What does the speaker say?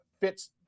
fits